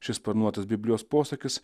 šis sparnuotas biblijos posakis